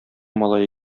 малае